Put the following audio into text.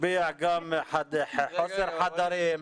משפיע גם חוסר חדרים.